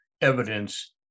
evidence